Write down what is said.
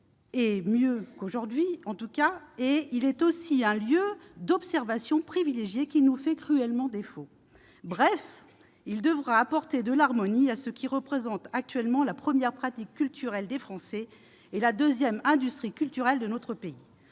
mieux qu'aujourd'hui en tout cas. Il sera aussi un lieu d'observation privilégié qui nous fait aujourd'hui cruellement défaut. Bref, il devra apporter de l'harmonie à ce qui représente actuellement la première pratique culturelle des Français et la deuxième industrie culturelle de notre pays.